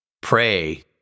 Pray